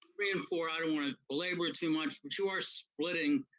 three and four, i don't wanna belabor too much, but you are splitting,